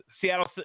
Seattle